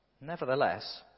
Nevertheless